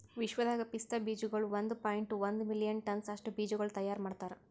ವಿಶ್ವದಾಗ್ ಪಿಸ್ತಾ ಬೀಜಗೊಳ್ ಒಂದ್ ಪಾಯಿಂಟ್ ಒಂದ್ ಮಿಲಿಯನ್ ಟನ್ಸ್ ಅಷ್ಟು ಬೀಜಗೊಳ್ ತೈಯಾರ್ ಮಾಡ್ತಾರ್